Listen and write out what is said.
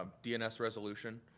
um dns resolution,